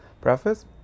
preface